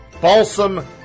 Balsam